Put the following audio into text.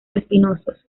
espinosos